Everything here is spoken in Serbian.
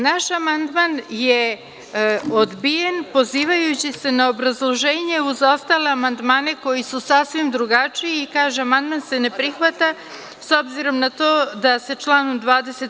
Naš amandman je odbijen pozivajući se na obrazloženje za ostale amandmane koji su sasvim drugačiji i kaže – amandman se ne prihvata, s obzirom na to da se članom 20.